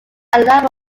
allowed